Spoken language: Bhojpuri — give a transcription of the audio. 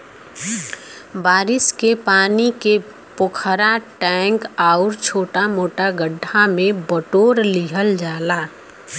बारिश के पानी के पोखरा, टैंक आउर छोटा मोटा गढ्ढा में बटोर लिहल जाला